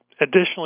Additionally